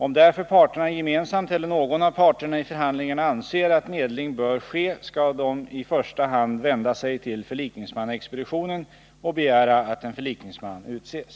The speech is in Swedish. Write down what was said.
Om därför parterna gemensamt eller någon av parterna i förhandlingarna anser att medling bör ske skall de i första hand vända sig till förlikningsmannaexpeditionen och begära att en förlikningsman utses.